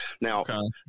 Now